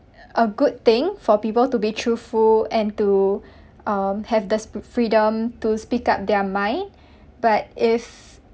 a good thing for people to be truthful and to um have that's freedom to speak up their mind but if